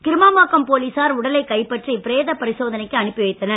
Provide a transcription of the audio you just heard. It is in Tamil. கிருமாம்பாக்கம் போலீசார் உடலைக் கைப்பற்றி பிரேத பரிசோதனைக்கு அனுப்பி வைத்தனர்